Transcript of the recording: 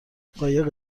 قایق